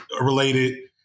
related